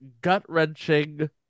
gut-wrenching